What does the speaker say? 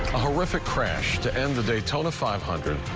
a horrific crash to end the daytona five hundred.